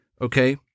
okay